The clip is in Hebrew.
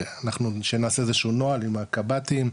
אנחנו נעשה איזשהו נוהל עם הקב"טים,